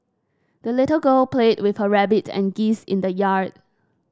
the little girl played with her rabbit and geese in the yard